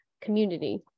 community